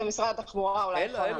זה משרד התחבורה, אולי, יכול לענות.